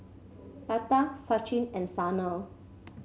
Lata Sachin and Sanal